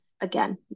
again